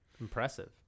Impressive